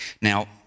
Now